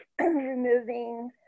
removing